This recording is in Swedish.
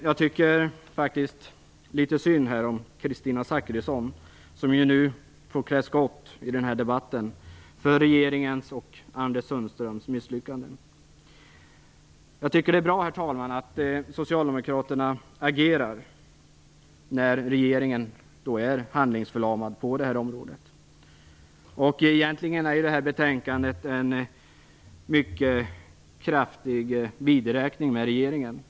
Jag tycker litet synd om Kristina Zakrisson, som får klä skott i den här debatten för regeringens och Anders Sundströms misslyckande. Jag tycker att det är bra, herr talman, att socialdemokraterna agerar när regeringen är handlingsförlamad inom det här området. Egentligen är det här betänkandet en mycket kraftig vidräkning med regeringen.